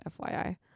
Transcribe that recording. FYI